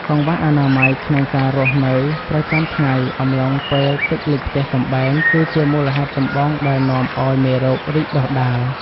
កង្វះអនាម័យក្នុងការរស់នៅប្រចាំថ្ងៃអំឡុងពេលទឹកលិចផ្ទះសម្បែងគឺជាមូលហេតុចម្បងដែលនាំឱ្យមេរោគរីកដុះដាល។